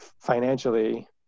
financially